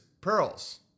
pearls